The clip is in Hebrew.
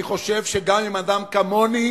אני חושב שגם עם אדם כמוני